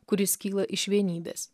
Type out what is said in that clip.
kuris kyla iš vienybės